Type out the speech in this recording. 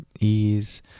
ease